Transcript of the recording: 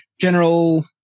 General